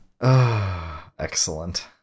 Excellent